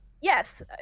Yes